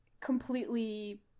completely